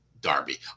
Darby